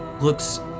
looks